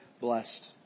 blessed